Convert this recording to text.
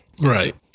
Right